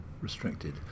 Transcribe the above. restricted